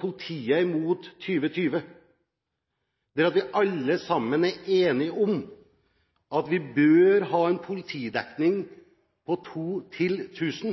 Politiet mot 2020, der vi alle sammen er enige om at vi bør ha en politidekning på to